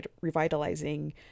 revitalizing